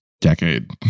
decade